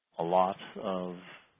a lot of